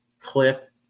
clip